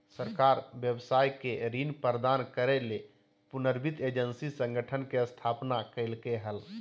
सरकार व्यवसाय के ऋण प्रदान करय ले पुनर्वित्त एजेंसी संगठन के स्थापना कइलके हल